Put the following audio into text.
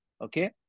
okay